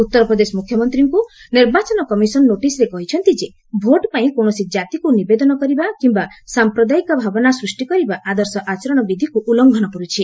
ଉତ୍ତରପ୍ରଦେଶ ମୁଖ୍ୟମନ୍ତ୍ରୀଙ୍କୁ ନିର୍ବାଚନ କମିଶନ ନୋଟିସ୍ରେ କହିଛନ୍ତି ଯେ ଭୋଟ୍ ପାଇଁ କୌଣସି ଜାତିକୁ ନିବଦେନ କରିବା କିମ୍ବା ସାମ୍ପ୍ରଦାୟିକ ଭାବନା ସୃଷ୍ଟି କରିବା ଆଦର୍ଶ ଆଚରଣବିଧିକୁ ଉଲ୍ଲଙ୍ଘନ କରୁଛି